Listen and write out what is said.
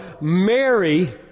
Mary